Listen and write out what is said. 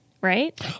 right